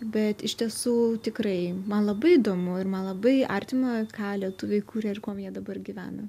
bet iš tiesų tikrai man labai įdomu ir man labai artima ką lietuviai kuria ir kuom jie dabar gyvena